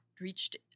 reached